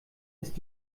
ist